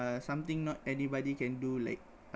something not anybody can do like